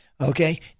okay